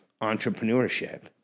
entrepreneurship